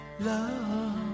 Love